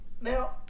Now